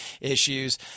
issues